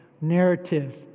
narratives